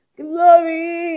glory